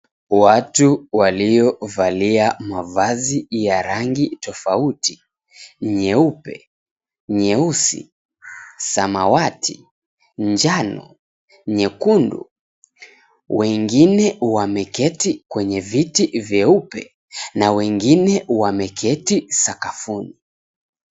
Watu waliovalia mavazi ya rangi tofauti; nyeupe, nyeusi, samawati, njano, nyekundu. Wengine wameketi kwenye viti vyeupe na wengine wameketi sakafuni.